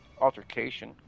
altercation